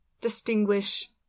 distinguish